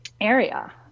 area